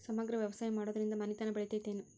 ಸಮಗ್ರ ವ್ಯವಸಾಯ ಮಾಡುದ್ರಿಂದ ಮನಿತನ ಬೇಳಿತೈತೇನು?